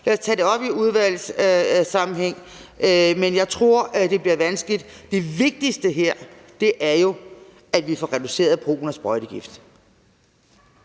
Lad os tage det op i udvalgssammenhæng, men jeg tror, at det bliver vanskeligt. Det vigtigste her er jo, at vi får reduceret brugen af sprøjtegift.